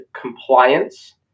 compliance